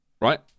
right